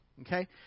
okay